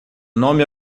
nome